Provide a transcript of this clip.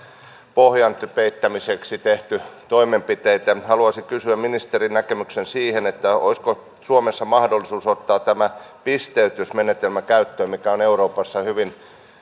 pohjan peittämiseksi tehty toimenpiteitä haluaisin kysyä ministerin näkemyksen siihen olisiko suomessa mahdollisuus ottaa tämä pisteytysmenetelmä käyttöön mikä on euroopassa hyvin